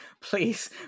please